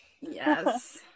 yes